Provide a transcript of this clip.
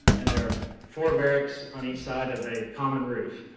and there are four barracks on each side of a common roof.